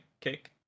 kick